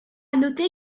noter